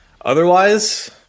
Otherwise